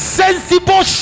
sensible